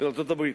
של ארצות-הברית.